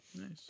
Nice